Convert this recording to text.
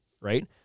right